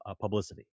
publicity